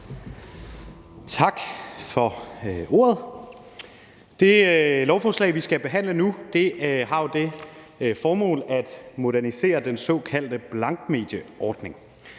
Tak for ordet. Det lovforslag, vi skal behandle nu, har jo det formål at modernisere den såkaldte blankmedieordning,